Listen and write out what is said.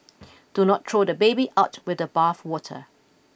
do not throw the baby out with the bathwater